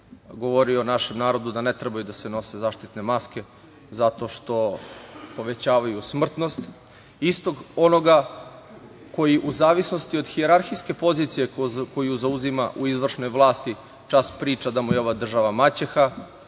govorio našem narodu da ne treba da se nose zaštitne maske zato što povećavaju smrtnost, istog onoga koji u zavisnosti od hijerarhijske pozicije koju zauzima u izvršnoj vlasti, čas priča da mu je ova država maćeha,